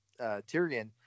Tyrion